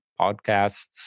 podcasts